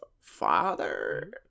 father